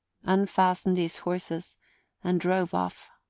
unfastened his horses and drove off.